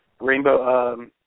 Rainbow